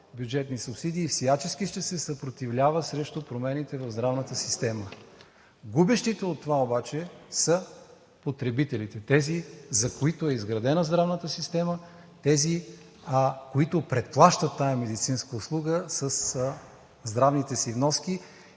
бюджетни субсидии и всячески ще се съпротивлява срещу промените в здравната система. Губещите от това обаче са потребителите – тези, за които е изградена здравната система, тези, които предплащат тази медицинска услуга със здравните си вноски.